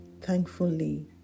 thankfully